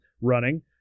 running